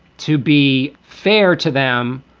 to be fair to them,